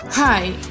Hi